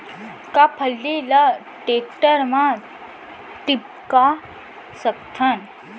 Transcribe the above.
का फल्ली ल टेकटर म टिपका सकथन?